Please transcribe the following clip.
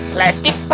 Plastic